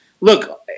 look